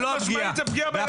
זה הפגיעה בילדים שלנו.